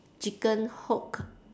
chicken hook